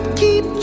keep